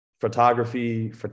photography